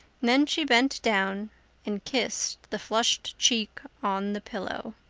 then she bent down and kissed the flushed cheek on the pillow.